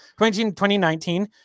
2019